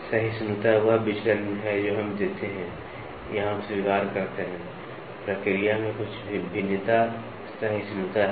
सहिष्णुता वह विचलन है जो हम देते हैं या हम स्वीकार करते हैं प्रक्रिया में कुछ भिन्नता सहिष्णुता है